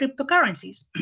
cryptocurrencies